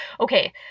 okay